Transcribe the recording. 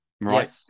Right